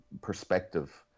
perspective